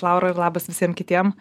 laura ir labas visiem kitiem